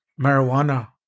marijuana